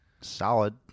solid